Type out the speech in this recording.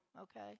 okay